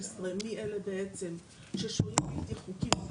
מי אלה בעצם ששוהים בלתי חוקיים,